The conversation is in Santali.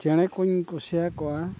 ᱪᱮᱬᱮ ᱠᱚᱧ ᱠᱩᱥᱤᱭ ᱟᱠᱚᱣᱟ